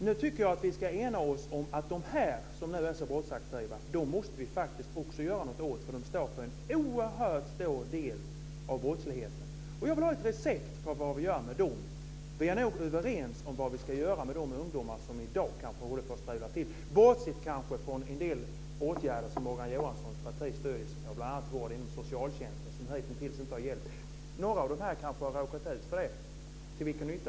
Nu tycker jag att vi ska ena oss om att de som nu är så brottsaktiva måste vi också göra något åt, för de står för en oerhört stor del av brottsligheten. Jag vill ha ett recept på vad vi ska göra med dem. Vi är nog överens om vad vi ska göra med de ungdomar som strular i dag, bortsett från en del åtgärder som Morgan Johanssons parti stöder sig på, bl.a. vård inom socialtjänsten, som hitintills inte har hjälpt. Några av dem kanske har råkat ut för det - till vilken nytta?